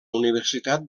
universitat